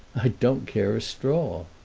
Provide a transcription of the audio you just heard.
i don't care a straw.